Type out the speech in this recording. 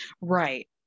Right